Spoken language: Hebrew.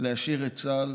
להשאיר את צה"ל